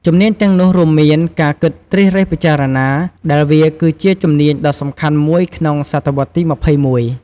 ជំនាញទាំងនោះរួមមាន ការគិតត្រិះរិះពិចារណា ដែលវាគឺជាជំនាញដ៏សំខាន់មួយក្នុងសតវត្សរ៍ទី២១។